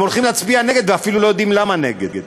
הם הולכים להצביע נגד ואפילו לא יודעים למה נגד.